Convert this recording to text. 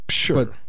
sure